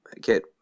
get